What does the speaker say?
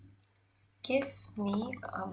give me a